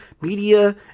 media